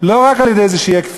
לא רק על-ידי כפייה,